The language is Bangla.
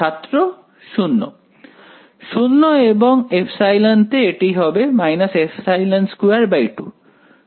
ছাত্র 0 0 এবং ε তে এটা হবে ε22